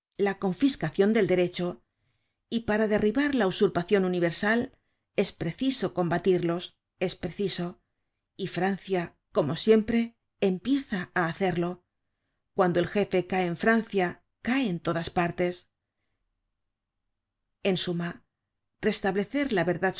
la confiscacion del derecho y para derribar la usurpacion universal es preciso combatirlos es preciso y francia como siempre empieza á hacerlo cuando el jefe cae en francia cae en todas partes en suma restablecer la verdad